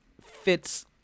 fits